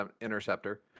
Interceptor